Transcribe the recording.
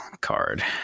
card